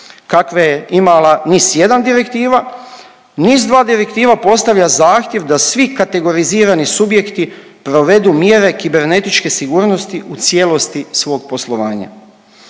kakve je imala NIS1 direktiva, NIS2 direktiva postavlja zahtjev da svi kategorizirani subjekti provedu mjere kibernetičke sigurnosti u cijelosti svog poslovanja.